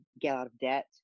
get-out-of-debt